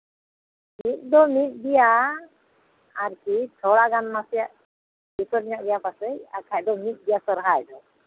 ᱢᱤᱫ ᱫᱚ ᱢᱤᱫ ᱜᱮᱭᱟ ᱟᱨᱠᱤ ᱛᱷᱚᱲᱟᱜᱟᱱ ᱱᱟᱥᱮᱭᱟᱜ ᱠᱤᱥᱟᱹᱬ ᱧᱚᱜ ᱜᱮᱭᱟ ᱯᱟᱥᱮᱡ ᱵᱟᱠᱷᱟᱡ ᱫᱚ ᱢᱤᱫ ᱜᱮᱭᱟ ᱥᱚᱨᱦᱟᱭ ᱫᱚ ᱦᱮᱸ